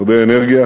הרבה אנרגיה